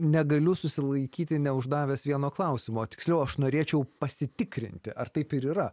negaliu susilaikyti neuždavęs vieno klausimo tiksliau aš norėčiau pasitikrinti ar taip ir yra